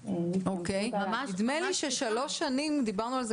נדמה לי ששלוש שנים דיברנו על זה